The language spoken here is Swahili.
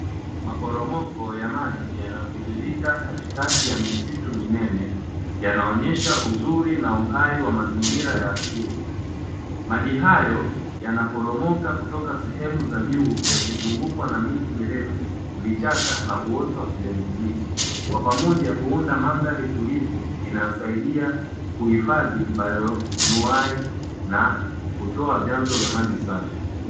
Maporomoko ya maji yanayotiririka katikati ya misitu minene, yanaonyesha uzuri na uhai wa mazingira ya asili, maji hayo yanaporomoka kutoka sehemu za juu ya kizungukwa na miti mirefu, vichaka na uoto wa kijani kibichi, kwa pamoja huunda mandhari tulivu inayosaidia kuhifadhi bayonuwai na kutoa vyanzo vya maji safi.